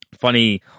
Funny